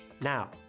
Now